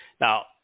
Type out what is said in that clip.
now